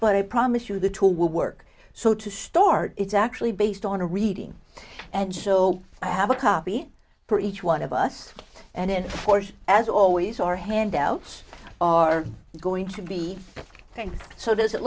but i promise you the tool will work so to start it's actually based on a reading and so i have a copy for each one of us and of course as always our handouts are going to be thanks so does it